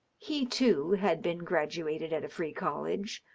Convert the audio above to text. he, too, had been graduated at a free college,